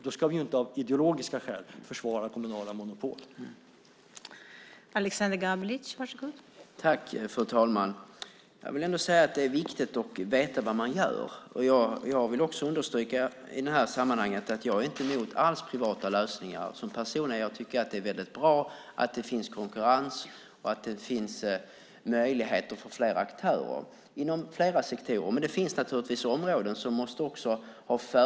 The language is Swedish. Då ska vi inte försvara kommunala monopol av ideologiska skäl.